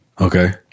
Okay